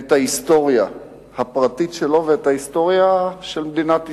ההיסטוריה הפרטית שלו ואת ההיסטוריה של מדינת ישראל,